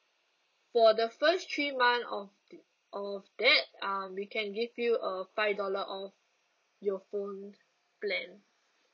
for the first three month of of that uh we can give you a five dollar off your phone plan